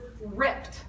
ripped